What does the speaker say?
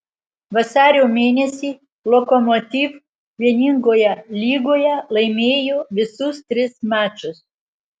vasario mėnesį lokomotiv vieningoje lygoje laimėjo visus tris mačus